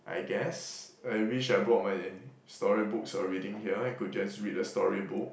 I guess I wished I brought my storybooks or reading here I could just read a storybook